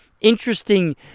interesting